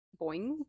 boing